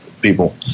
people